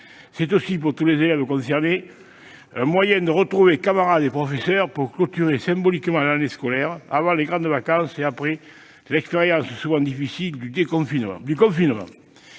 C'est aussi, pour tous les élèves concernés, un moyen de retrouver camarades et professeurs pour clore symboliquement l'année scolaire avant les grandes vacances, après l'expérience souvent difficile du confinement.